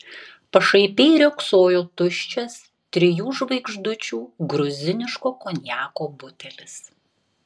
pašaipiai riogsojo tuščias trijų žvaigždučių gruziniško konjako butelis